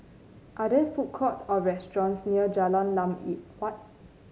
are there food courts or restaurants near Jalan Lam Ye Huat